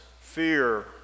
fear